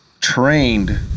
trained